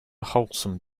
wholesome